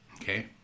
Okay